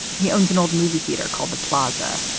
he owns an old movie theater called the plaza.